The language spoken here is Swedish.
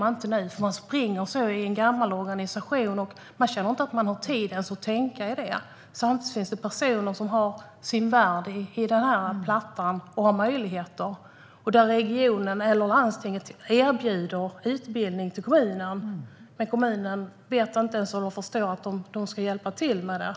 Man springer i en gammal organisation och känner inte att man har tid att tänka på det. Samtidigt finns det alltså personer som har sin värld och sina möjligheter i den här plattan. Regionen eller landstingen erbjuder utbildning till kommunen, men kommunen vet inte om eller förstår inte ens att de ska hjälpa till med detta.